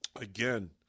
Again